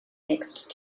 mixed